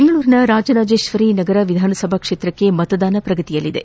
ಬೆಂಗಳೂರಿನ ರಾಜರಾಜೇಶ್ವರಿ ನಗರ ವಿಧಾನಸಭಾ ಕ್ಷೇತ್ರಕ್ಕೆ ಮತದಾನ ಪ್ರಗತಿಯಿಲ್ಲಿದೆ